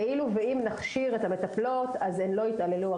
כאילו שאם נכשיר את המטפלות אז הן לא יתעללו.